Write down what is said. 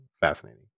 fascinating